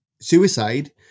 suicide